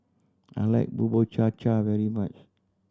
I like Bubur Cha Cha very much